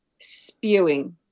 spewing